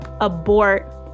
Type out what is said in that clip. Abort